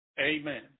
amen